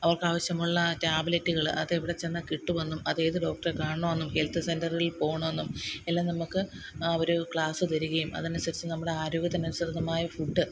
അവർക്കാവശ്യമുള്ള ടാബ്ലെറ്റുകൾ അതെവിടെച്ചെന്നാൽ കിട്ടുമെന്നും അതേത് ഡോക്ടറെ കാണണമെന്നും ഹെൽത്ത് സെൻ്ററുകളിൽ പോകണമെന്നും എല്ലാം നമുക്ക് ആ ഒരു ക്ലാസ് തരികയും അതനുസരിച്ച് നമ്മുടെ ആരോഗ്യത്തിനനുസൃതമായ ഫുഡ്